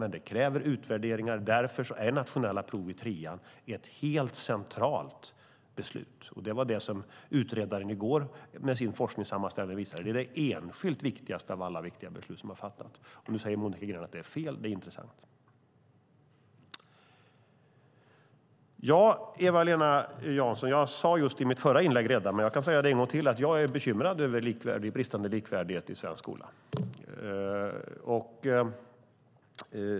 Men det kräver utvärderingar, därför är nationella prov i trean ett helt centralt beslut. Det var det som utredaren visade med sin forskningssammanställning i går. Det är det enskilt viktigaste av alla viktiga beslut som vi har fattat. Nu säger Monica Green att det är fel. Det är intressant. Jag sade det redan i mitt förra inlägg, Eva-Lena Jansson, men jag kan säga det en gång till: Jag är bekymrad över bristande likvärdighet i svensk skola.